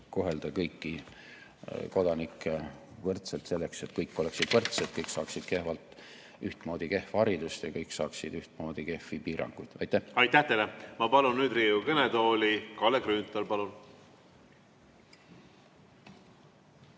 kohelda kõiki kodanikke võrdselt selleks, et kõik oleksid võrdsed, kõik saaksid ühtmoodi kehva haridust ja kõik saaksid ühtmoodi kehvi piiranguid. Aitäh! Aitäh teile! Ma palun nüüd Riigikogu kõnetooli Kalle Grünthali. Palun!